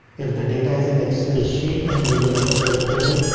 if the data is in excel sheet and mega make a pivot table,